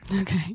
Okay